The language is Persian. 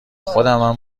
خودمم